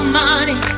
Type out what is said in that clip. money